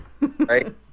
right